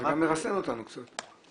זה גם מרסן אותנו קצת.